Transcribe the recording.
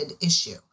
issue